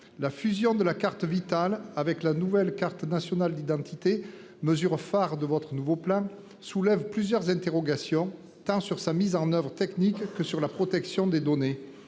La fusion de la carte vitale avec la nouvelle carte nationale d'identité. Mesure phare de votre nouveau plan soulève plusieurs interrogations, tant sur sa mise en oeuvre technique, que sur la protection des données.